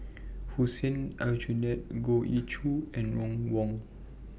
Hussein Aljunied Goh Ee Choo and Ron Wong